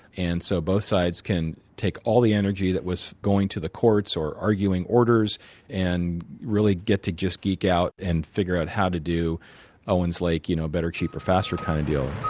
and so both sides can take all the energy that was going to the courts or arguing orders and really get to just geek out and figure out how to do owens lake you know better, cheaper, faster. kind of yeah ah